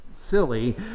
silly